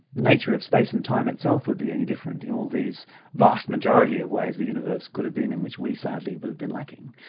nature of space and time itself would be any different in all these vast majority of ways the universe could have been in which we sadly would have been lacking.